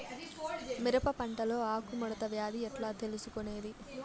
మిరప పంటలో ఆకు ముడత వ్యాధి ఎట్లా తెలుసుకొనేది?